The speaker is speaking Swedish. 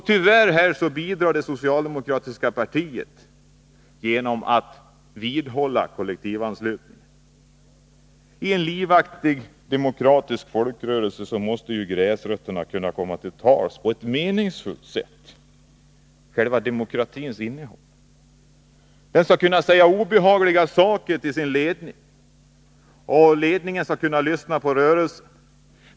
Tyvärr bidrar det socialdemokratiska partiet till detta genom att vidhålla kollektivanslutningen. I en livaktig demokratisk folkrörelse måste gräsrötterna kunna komma till tals på ett meningsfullt sätt — det är själva innehållet i en demokrati. Rörelsen skall kunna säga obehagliga saker till sin ledning, och ledningen skall kunna lyssna på rörelsen.